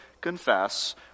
confess